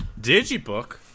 digibook